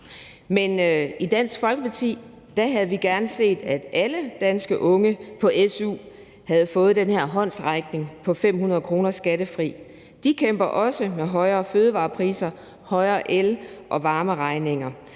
Men i Dansk Folkeparti havde vi gerne set, at alle danske unge på su havde fået den her håndsrækning på 500 kr. skattefrit. De kæmper også med højere fødevarepriser og større el- og varmeregninger.